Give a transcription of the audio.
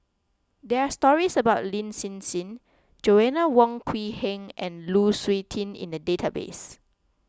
there are stories about Lin Hsin Hsin Joanna Wong Quee Heng and Lu Suitin in the database